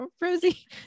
rosie